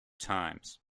times